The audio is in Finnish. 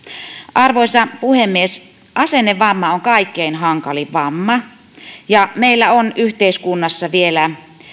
arvoisa puhemies asennevamma on kaikkein hankalin vamma meillä on yhteiskunnassa vielä